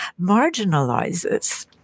marginalizes